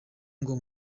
ngo